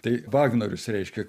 tai vagnorius reiškia